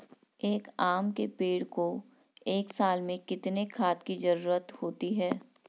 एक आम के पेड़ को एक साल में कितने खाद की जरूरत होती है?